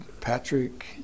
Patrick